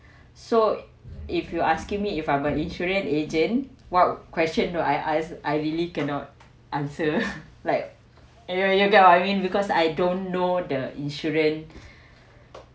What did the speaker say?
so if you asking me if about insurance agent what question will I ask I really cannot answer like you know you get what I mean because I don't know the insurance